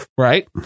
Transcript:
Right